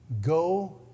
go